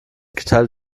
geteilt